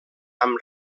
amb